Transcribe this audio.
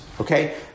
Okay